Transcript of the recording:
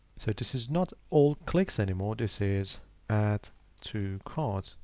so this is not all clicks anymore. this is at two cards,